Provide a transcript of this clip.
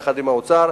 יחד עם האוצר,